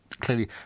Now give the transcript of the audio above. clearly